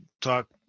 talk